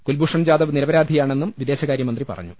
കുൽഭൂഷൺ ജാദവ് നിരപരാ ധിയാണെന്നും വിദേശകാര്യ മന്ത്രി പറഞ്ഞു